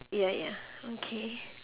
ya ya okay